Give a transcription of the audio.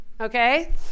Okay